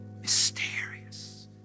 mysterious